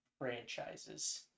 franchises